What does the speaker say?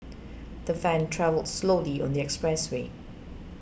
the van travelled slowly on the expressway